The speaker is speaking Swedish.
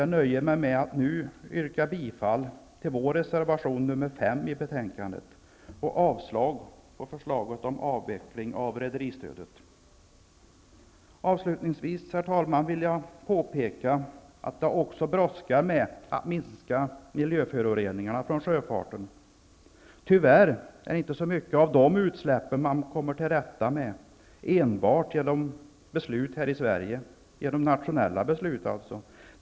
Jag nöjer mig nu med att yrka bifall till vår reservation nr 5 till betänkandet och avslag på förslaget om avveckling av rederistödet. Herr talman! Avslutningsvis vill jag påpeka att det också brådskar med att minska miljöföroreningarna från sjöfarten. Man kommer tyvärr inte till rätta med så många av de utsläppen enbart genom beslut här i Sverige, dvs. genom nationella beslut.